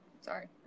sorry